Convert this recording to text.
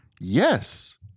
Yes